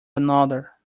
another